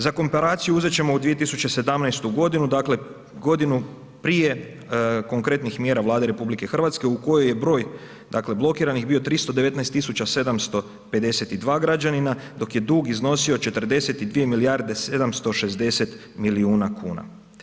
Za komparaciju, uzet ćemo u 2017. godinu, dakle godinu prije konkretnih mjera Vlade RH u kojoj je broj dakle blokiranih bio 319 752 građanina, dok je dug iznosio 42 milijarde 760 milijuna kuna.